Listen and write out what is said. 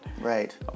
Right